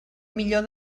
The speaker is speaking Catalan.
millor